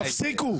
תפסיקו.